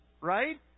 right